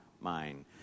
mind